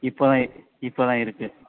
இப்போ தான் இப்போ தான் இருக்குது